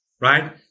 right